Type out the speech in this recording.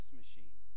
machine